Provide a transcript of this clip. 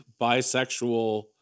bisexual